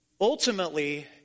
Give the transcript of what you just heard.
Ultimately